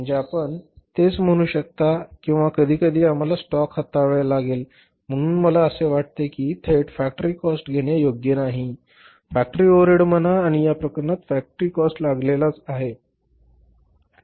म्हणजे आपण तेच म्हणू शकता किंवा कधीकधी आम्हाला स्टॉकला हाताळावे लागते म्हणून मला असे वाटते की थेट फॅक्टरी कॉस्ट घेणे योग्य नाही फॅक्टरी ओव्हरहेड म्हणा आणि या प्रकरणात फॅक्टरी कॉस्ट लागलेला आहे